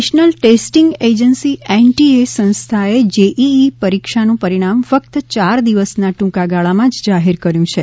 national testing agency NTA સંસ્થાએ JEE પરીક્ષાનું પરીણામ ફકત ચાર દિવસના ટુંકાગાળામાં જ જાહેર કર્યુ છે